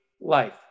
life